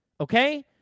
Okay